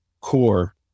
core